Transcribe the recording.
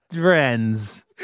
friends